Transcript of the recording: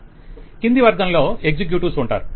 client కింది వర్గంలో executive లు ఉంటారు